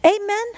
Amen